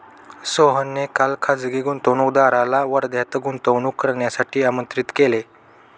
सोहनने काल खासगी गुंतवणूकदाराला वर्ध्यात गुंतवणूक करण्यासाठी आमंत्रित केले